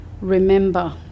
remember